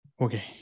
Okay